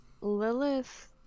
Lilith